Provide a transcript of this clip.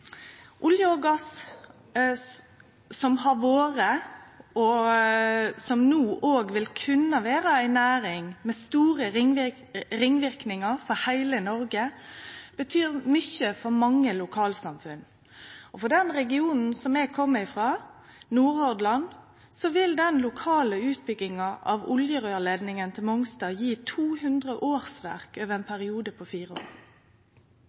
Olje og gass som har vore, og som no òg vil kunne vere, ei næring med store ringverknader for heile Noreg, betyr mykje for mange lokalsamfunn. For den regionen som eg kjem frå, Nordhordland, vil den lokale utbygginga av oljerøyrleidninga til Mongstad gje 200 årsverk over ein periode på fire år.